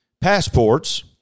passports